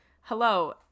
Hello